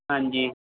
ਹਾਂਜੀ